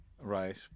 Right